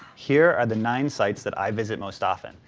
here are the nine sites that i visit most often.